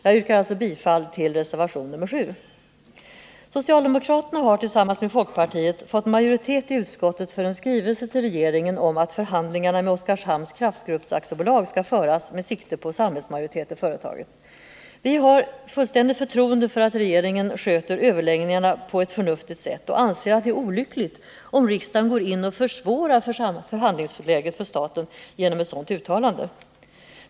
Jag yrkar bifall till reservation 7. Socialdemokraterna har tillsammans med folkpartiet fått majoritet i utskottet för en skrivelse till regeringen om att förhandlingar med Oskarshamns Kraftgrupp AB skall föras med sikte på samhällsmajoritet i företaget. Vi har fullständigt förtroende för att regeringen sköter överläggningarna på ett förnuftigt sätt och anser att det är olyckligt, om riksdagen går in och försvårar förhandlingsläget för staten genom ett sådant uttalande.